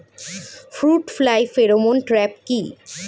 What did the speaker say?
Fruit fly pheromone trap কি?